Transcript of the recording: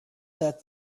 that